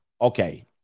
okay